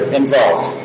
involved